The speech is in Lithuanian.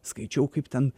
skaičiau kaip ten